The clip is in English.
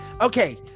Okay